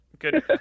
Good